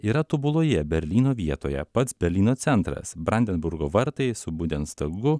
yra tobuloje berlyno vietoje pats berlyno centras brandenburgo vartai su bundestagu